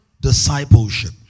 discipleship